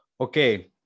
okay